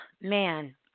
man